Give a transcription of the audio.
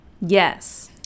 Yes